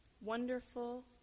wonderful